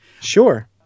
Sure